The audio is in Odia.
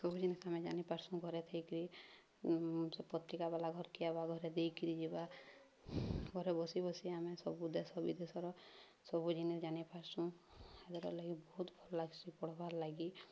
ସବୁ ଜିନିଷ ଆମେ ଜାଣିପାରସୁଁ ଘରେ ଥେଇକିରି ପତ୍ରିକା ବାଲା ଘରକି ଆଇବା ଘରେ ଦେଇକିରି ଯିବା ଘରେ ବସି ବସି ଆମେ ସବୁ ଦେଶ ବିଦେଶର ସବୁ ଜିନିଷ୍ ଜାଣିପାର୍ସୁଁ ଆ ଲାଗି ବହୁତ ଭଲ ଲାଗ୍ସି ପଢ଼୍ବାର୍ ଲାଗି